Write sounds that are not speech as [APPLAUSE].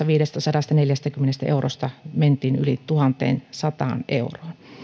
[UNINTELLIGIBLE] viidestäsadastaneljästäkymmenestä eurosta kuukaudessa mentiin yli tuhanteensataan euroon